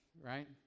right